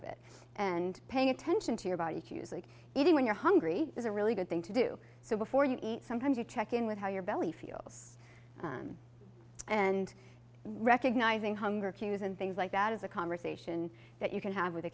of it and paying attention to your body cues like eating when you're hungry is a really good thing to do so before you eat sometimes you check in with how your belly feels and recognizing hunger cues and things like that as a conversation that you can have with a